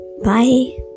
Bye